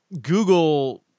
Google –